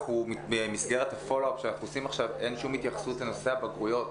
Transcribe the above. במסגרת המעקב שאנחנו עכשיו אין שום התייחסות לנושא הבגרויות.